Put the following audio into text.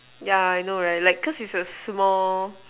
yeah I know right cause it's a small